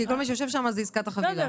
כי כל מי שיושב שם זאת עסקת החבילה.